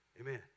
Amen